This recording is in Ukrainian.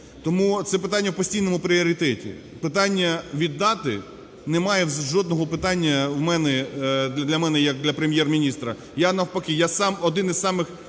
тому це питання в постійному пріоритеті. Питання віддати, немає жодного питання для мене як для Прем'єр-міністра, я навпаки, один із самих